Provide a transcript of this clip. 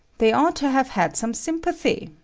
they ought to have had some sympathy.